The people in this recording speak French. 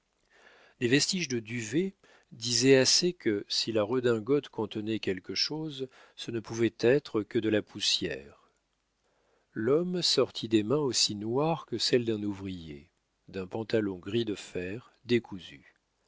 des vestiges de duvet disaient assez que si la redingote contenait quelque chose ce ne pouvait être que de la poussière l'homme sortit des mains aussi noires que celles d'un ouvrier d'un pantalon gris de fer décousu